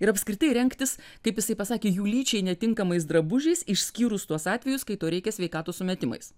ir apskritai rengtis kaip jisai pasakė jų lyčiai netinkamais drabužiais išskyrus tuos atvejus kai to reikia sveikatos sumetimais